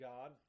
God